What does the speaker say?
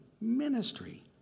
ministry